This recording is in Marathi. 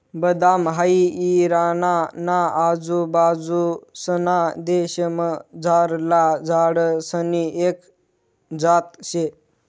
बदाम हाई इराणा ना आजूबाजूंसना देशमझारला झाडसनी एक जात शे